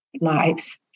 lives